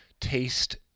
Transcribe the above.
taste